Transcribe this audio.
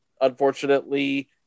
unfortunately